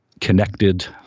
connected